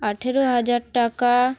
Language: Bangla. আঠেরো হাজার টাকা